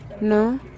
No